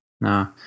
no